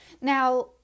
Now